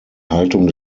haltung